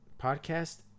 podcast